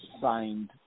signed